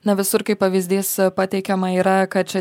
na visur kaip pavyzdys pateikiama yra kad čia